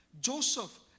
Joseph